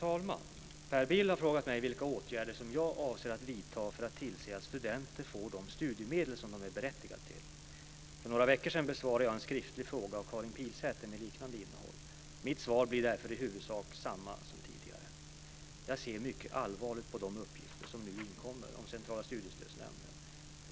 Fru talman! Per Bill har frågat mig vilka åtgärder som jag avser att vidta för att tillse att studenterna får de studiemedel de är berättigade till. För några veckor sedan besvarade jag en skriftlig fråga av Karin Pilsäter med liknande innehåll. Mitt svar blir därför i huvudsak samma som tidigare. Jag ser mycket allvarligt på de uppgifter som nu inkommer om Centrala studiestödsnämnden .